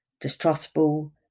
distrustful